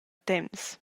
temps